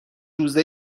روزه